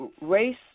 race